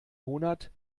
monat